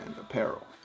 apparel